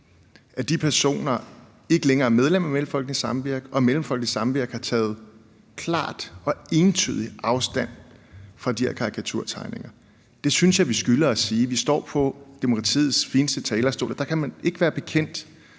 at de personer ikke længere er medlem af Mellemfolkeligt Samvirke, og at Mellemfolkeligt Samvirke har taget klart og entydigt afstand fra de her karikaturtegninger? Det synes jeg at vi skylder at sige. Vi står på demokratiets fineste talerstol, og der kan man ikke være bekendt